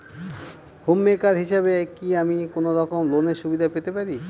Home maker হিসেবে কি আমি কোনো রকম লোনের সুবিধা পেতে পারি?